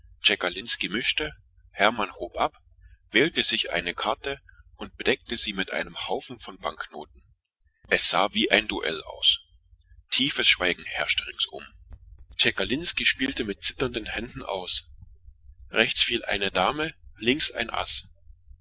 und hermann hob ab setzte seine karte und bedeckte sie mit einem haufen von banknoten es war wie ein zweikampf tiefes schweigen herrschte ringsum tschekalinski spielte aus und seine hände zitterten rechts kam eine dame zu liegen links ein aß